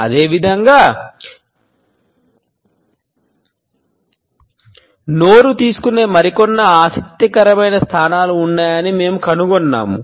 అదేవిధంగా నోరు తీసుకునే మరికొన్ని ఆసక్తికరమైన స్థానాలు ఉన్నాయని మేము కనుగొన్నాము